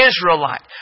Israelite